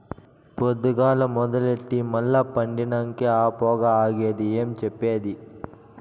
పొద్దుగాల మొదలెట్టి మల్ల పండినంకే ఆ పొగ ఆగేది ఏం చెప్పేది